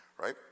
right